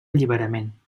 alliberament